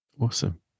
Awesome